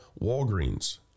Walgreens